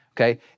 okay